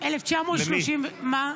הינה,